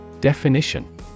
Definition